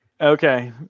Okay